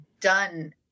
done